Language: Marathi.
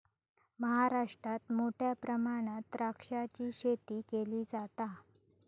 महाराष्ट्रात मोठ्या प्रमाणात द्राक्षाची शेती केली जाता